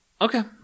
okay